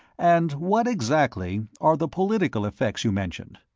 and what, exactly, are the political effects you mentioned?